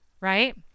right